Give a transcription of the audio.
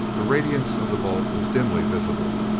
the radiance of the bolt was dimly visible.